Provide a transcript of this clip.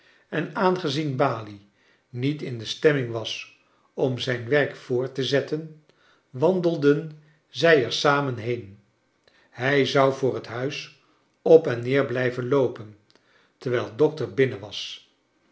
en aangezien balie niet in de stemming was om zijn werk voort te zetten wandelden zij er samen heen hij zou voor het huis op en neer blijven loopen terwijl dokter binnen was